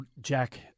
Jack